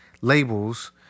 labels